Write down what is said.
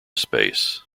space